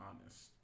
honest